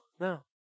no